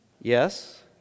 Yes